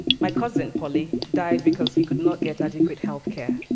my cousin polle yeah died because he could not get adequate healthcare.